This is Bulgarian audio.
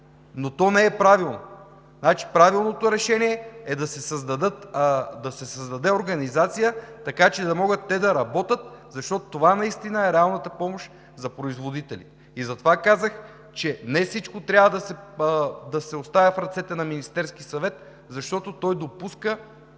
но то не е правилно. Правилното решение е да се създаде организация, така че да могат те да работят, защото това наистина е реалната помощ за производителите. Затова казах, че не всичко трябва да се оставя в ръцете на Министерския съвет, защото той допуска